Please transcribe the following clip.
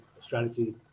strategy